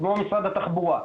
כמו במשרד התחבורה.